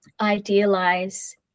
idealize